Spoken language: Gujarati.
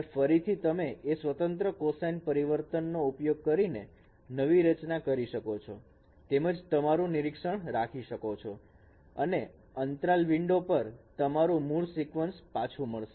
અને ફરીથી તમે એ સ્વતંત્ર કોસાઈન પરિવર્તન નો ઉપયોગ કરીને નવી રચના કરી શકો છો તેમજ તમારું નિરીક્ષણ રાખી શકો છો અને અંતરાલ વિન્ડો પર તમારુ મૂળ sequence પાછું મળશે